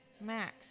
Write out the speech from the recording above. Max